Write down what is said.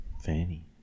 Fanny